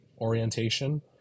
orientation